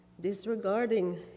disregarding